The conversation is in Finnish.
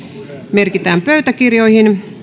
merkitään pöytäkirjaan